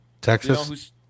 texas